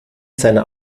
seiner